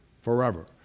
forever